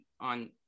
on